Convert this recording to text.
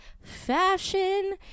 fashion